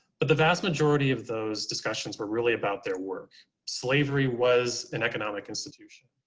but the vast majority of those discussions were really about their work. slavery was an economic institution,